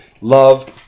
love